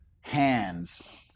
hands